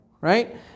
right